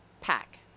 pack